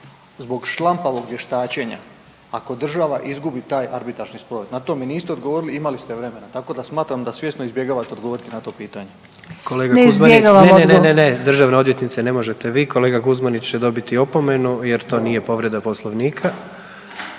zbog šlampavog vještačenja ako država izgubi taj arbitražni spor, na to mi niste odgovorili, imali ste vremena, tako da smatram da svjesno izbjegavate odgovoriti na to pitanje. **Jandroković, Gordan (HDZ)** Kolega Kuzmanić …/Upadica: Ne izbjegavam odgovor./… ne, ne, ne, državna odvjetnice ne možete vi, kolega Kuzmanić će dobiti opomenu jer to nije povreda Poslovnika.